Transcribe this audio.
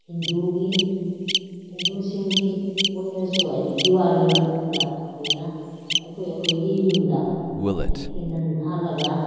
ꯍꯤꯟꯗꯨꯒꯤ ꯍꯤꯟꯗꯨꯁꯤꯡꯒꯤ ꯑꯣꯏꯅꯁꯨ ꯍꯥꯏꯗꯤ ꯗꯤꯋꯥꯂꯤ ꯃꯇꯝꯗ ꯑꯩꯈꯣꯏꯅ ꯑꯩꯈꯣꯏ ꯑꯩꯈꯣꯏꯒꯤ ꯌꯨꯝꯗ ꯍꯥꯏꯗꯤ ꯀꯦꯟꯗꯜ ꯊꯥꯜꯂꯒ